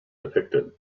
depicted